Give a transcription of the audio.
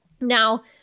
now